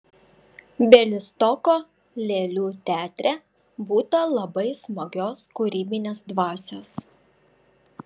bialystoko lėlių teatre būta labai smagios kūrybinės dvasios